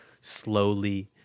slowly